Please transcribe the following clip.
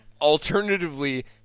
alternatively